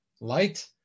light